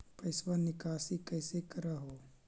पैसवा निकासी कैसे कर हो?